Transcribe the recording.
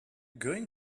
going